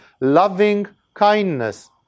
loving-kindness